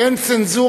אתה תמיד כזה.